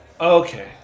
Okay